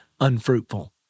unfruitful